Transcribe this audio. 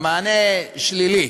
המענה שלילי.